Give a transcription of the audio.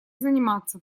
заниматься